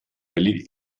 valley